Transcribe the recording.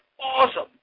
awesome